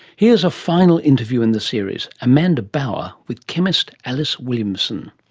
here's a final interview in the series, amanda bauer with chemist alice williamson.